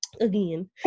Again